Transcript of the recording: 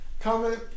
Comment